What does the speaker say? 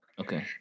Okay